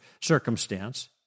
circumstance